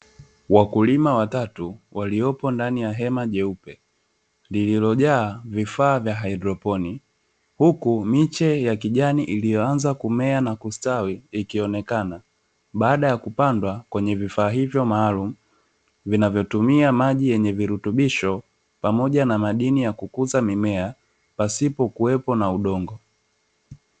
Wakulima watatu waliopo ndani ya hema jeupe, lililojaa vifaa vya haidroponi, huku miche ya kijani iliyoanza kumea na kusitawi ikionekana. Baada ya kupandwa kwenye vifaa hivyo maalumu, vinavyotumia maji yenye virutubisho, pamoja na madini ya kukuza mimea, pasipo kuwepo na udongo.